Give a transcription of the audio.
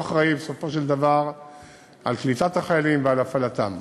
הוא האחראי בסופו של דבר לקליטת החיילים ולהפעלתם.